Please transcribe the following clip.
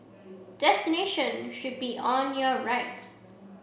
destination should be on your right